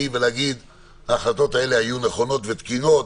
ולהגיד: ההחלטות האלה היו נכונות ותקינות